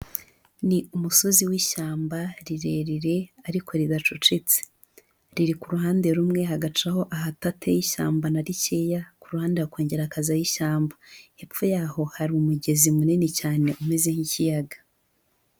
Ni umusozi w'ishyamba rirerire ariko riracucitse, riri ku ruhande rumwe hagacaho ahatateye ishyamba na rikeya, kuru ruhande hakongera hakazaho ishyamba, hepfo yaho hari umugezi munini cyane umeze nk'ikiyaga.